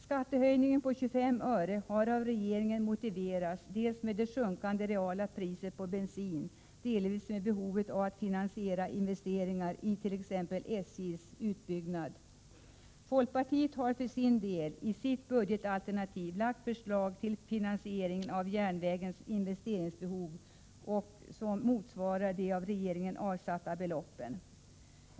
Skattehöjningen på 25 öre har av regeringen motiverats dels med det sjunkande reala priset på bensin, dels med behovet av att finansiera investeringar i t.ex. SJ:s utbyggnad. Folkpartiet har för sin del i sitt budgetalternativ lagt fram förslag till finansiering av järnvägens investeringsbehov som motsvarar de av regeringen avsatta beloppen.